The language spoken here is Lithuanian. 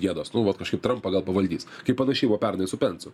gėdos nu vat kažkaip trampą gal pavaldys kai panašiai buvo pernai su pensu